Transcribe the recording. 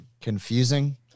confusing